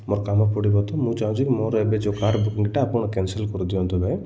ମୋର କାମ ପଡ଼ିବ ତ ମୁଁ ଚାହୁଁଛି କି ମୋର ଏବେ ଯୋଉ କାର୍ ବୁକିଂଟା କ୍ୟାନ୍ସେଲ୍ କରିଦିଅନ୍ତୁ ନାହିଁ